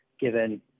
given